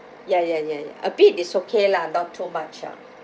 ya ya ya ya a bit is okay lah not too much ah